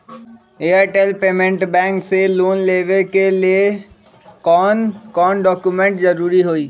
Airtel payments bank से loan लेवे के ले कौन कौन डॉक्यूमेंट जरुरी होइ?